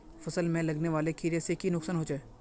फसल में लगने वाले कीड़े से की नुकसान होचे?